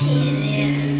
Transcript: easier